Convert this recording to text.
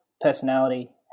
personality